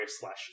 slash